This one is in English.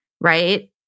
right